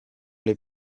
les